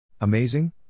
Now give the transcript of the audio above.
Amazing